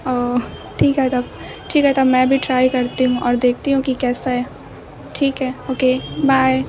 اوہ ٹھیک ہے تب ٹھیک ہے تب میں بھی ٹرائی کرتی ہوں اور دیکھتی ہوں کہ کیسا ہے ٹھیک ہے اوکے بائے